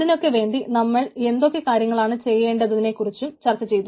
അതിനൊക്കെ വേണ്ടി നമ്മൾ എന്തൊക്കെ കാര്യങ്ങളാണ് ചെയ്യേണ്ടതെന്നതിനെക്കുറിച്ചു ചർച്ച ചെയ്തു